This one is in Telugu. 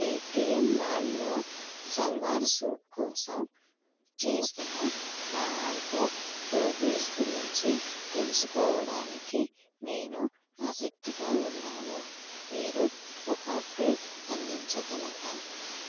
పేటీఎం మాల్లో సల్వార్ సూట్ కోసం చేసిన నా ఆర్డర్ ప్రోగ్రెస్ గురించి తెలుసుకోవడానికి నేను ఆసక్తిగా ఉన్నాను మీరు ఒక అప్డేట్ అందించగలరా